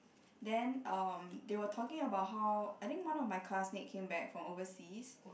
then um they were talking about how I think one of my classmate came back from overseas